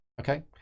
Okay